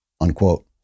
Unquote